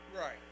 Right